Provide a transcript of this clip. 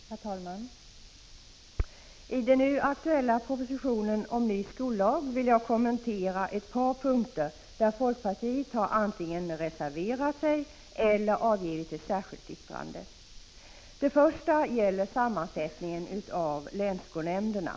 Herr talman! I fråga om den nu aktuella propositionen om ny skollag vill jag kommentera ett par punkter där folkpartiet har antingen reserverat sig eller avgivit ett särskilt yttrande. Den första punkten gäller sammansättningen av länsskolnämnderna.